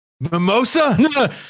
Mimosa